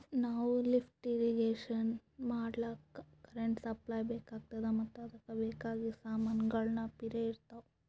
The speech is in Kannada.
ನಾವ್ ಲಿಫ್ಟ್ ಇರ್ರೀಗೇಷನ್ ಮಾಡ್ಲಕ್ಕ್ ಕರೆಂಟ್ ಸಪ್ಲೈ ಬೆಕಾತದ್ ಮತ್ತ್ ಅದಕ್ಕ್ ಬೇಕಾಗಿದ್ ಸಮಾನ್ಗೊಳ್ನು ಪಿರೆ ಇರ್ತವ್